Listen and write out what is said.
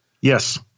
Yes